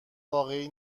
واقعی